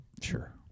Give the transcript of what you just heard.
Sure